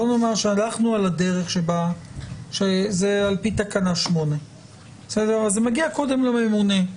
בואו נאמר שהלכנו על הדרך שבה זה על פי תקנה 8. זה מגיע קודם לממונה,